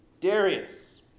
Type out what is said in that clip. Darius